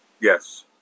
Yes